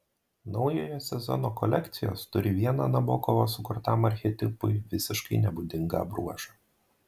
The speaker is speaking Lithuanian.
naujojo sezono kolekcijos turi vieną nabokovo sukurtam archetipui visiškai nebūdingą bruožą